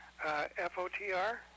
FOTR